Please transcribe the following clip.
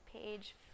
page